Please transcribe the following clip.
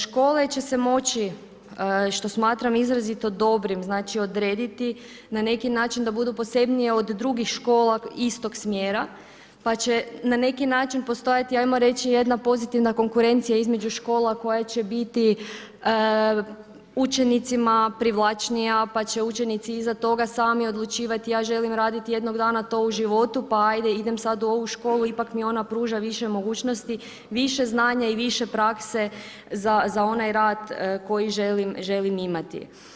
Škole će se moći što smatram izrazito dobrim, odrediti na neki način da budu posebnije od drugih škola istog smjera pa će na neki način postojati ajmo reći, jedna pozitivna konkurencija između škola koje će biti učenicima privlačnija pa će učenici iza toga sami odlučivati ja želim raditi jednog dana to u životu, pa ajde idem sad u ovu školu, ipak mi je ona pruža više mogućnosti, više znanja i više prakse za onaj rad koji želim imati.